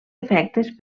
efectes